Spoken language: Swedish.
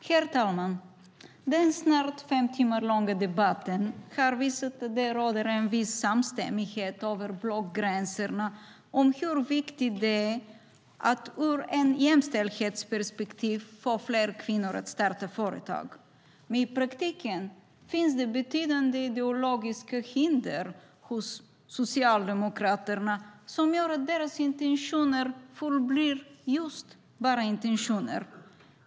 Herr talman! Den snart fem timmar långa debatten visar att det råder en viss samstämmighet över blockgränserna om hur viktigt det är att från ett jämställdhetsperspektiv få fler kvinnor att starta företag. I praktiken finns det dock betydande ideologiska hinder hos Socialdemokraterna som gör att deras intentioner förblir just bara intentioner.